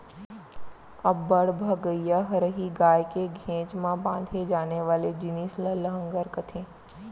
अब्बड़ भगइया हरही गाय के घेंच म बांधे जाने वाले जिनिस ल लहँगर कथें